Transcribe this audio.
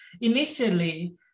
initially